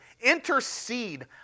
Intercede